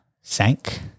Sank